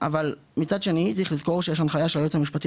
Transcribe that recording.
אבל מצד שני צריך לזכור שיש הנחיה של היועץ המשפטי